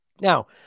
Now